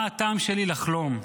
מה הטעם לחלום,